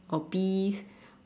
or beef